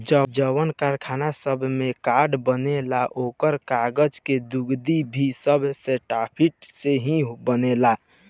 जवन कारखाना सब में कार्ड बनेला आ कागज़ के गुदगी भी सब सॉफ्टवुड से ही बनेला